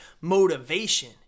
motivation